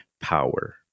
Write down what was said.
power